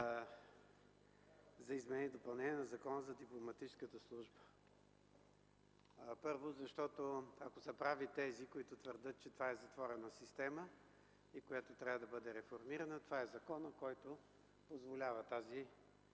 за изменение и допълнение на Закона за дипломатическата служба. Първо, защото ако са прави тези, които твърдят, че това е затворена система, която трябва да бъде реформирана, това е законът, който позволява тази